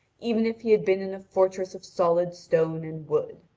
even if he had been in a fortress of solid stone and wood.